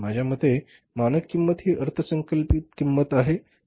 माझ्यामते मानक किंमत हि अर्थसंकल्पित किंमत आहे